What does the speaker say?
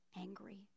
angry